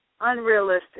unrealistic